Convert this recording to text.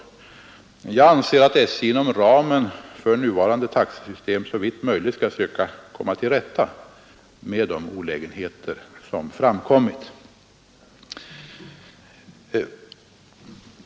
Jag anser att SJ inom ramen för nuvarande taxesystem såvitt möjligt skall söka komma till rätta med de olägenheter som framkommit.